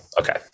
okay